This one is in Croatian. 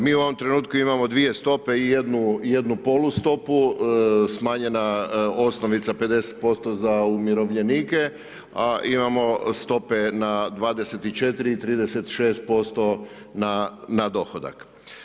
Mi u ovom trenutku imamo 2 stope i jednu polu stopu, smanjena osnovica 50% za umirovljenike a imamo stope na 24 i 36% na dohodak.